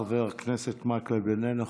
חבר הכנסת מקלב, איננו.